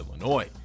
Illinois